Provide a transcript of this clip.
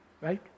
right